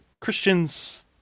Christian's